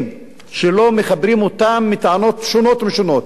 שלא מחברים אותם מטענות שונות ומשונות,